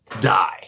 die